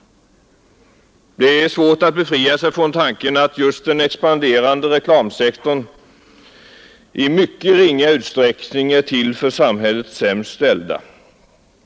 Det är svårt att befria sig från tanken att just den expanderande reklamsektorn i mycket ringa utsträckning är till för samhällets sämst ställda.